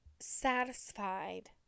satisfied